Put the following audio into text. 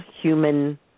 human